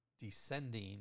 descending